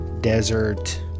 desert